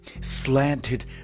Slanted